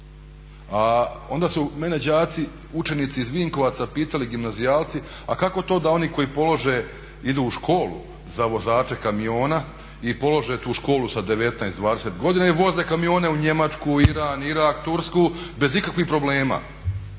a onda su mene đaci učenici iz Vinkovaca pitali gimnazijalci a kako to da oni koji polože idu u školu za vozače kamiona i polože tu školu sa 19, 20 godina i voze kamione u Njemačku, Iran, Irak, Tursku bez ikakvih problema,